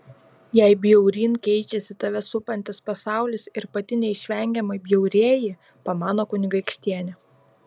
jei bjauryn keičiasi tave supantis pasaulis ir pati neišvengiamai bjaurėji pamano kunigaikštienė